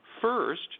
First